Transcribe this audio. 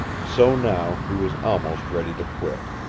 so now he was almost ready to quit.